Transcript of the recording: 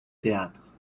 théâtre